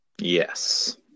Yes